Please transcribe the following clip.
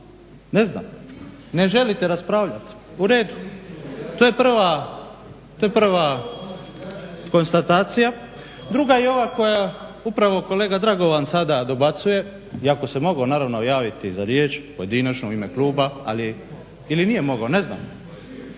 ne znam. Ne želite raspravljati u redu. To je prva konstatacija. Druga je ova koja, upravo kolega Dragovan sada dobacuje, iako se mogao naravno javiti za riječ pojedinačno ili u ime kluba, ali ili nije mogao? Ne znam.